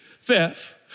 theft